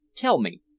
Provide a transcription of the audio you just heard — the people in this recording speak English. tell me.